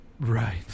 Right